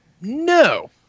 No